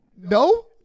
No